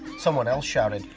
someone else shouted,